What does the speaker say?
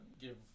give